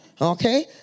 okay